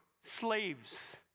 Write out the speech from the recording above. Slaves